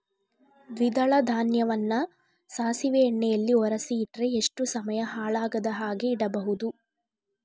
ದ್ವಿದಳ ಧಾನ್ಯವನ್ನ ಸಾಸಿವೆ ಎಣ್ಣೆಯಲ್ಲಿ ಒರಸಿ ಇಟ್ರೆ ಎಷ್ಟು ಸಮಯ ಹಾಳಾಗದ ಹಾಗೆ ಇಡಬಹುದು?